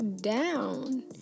down